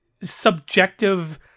subjective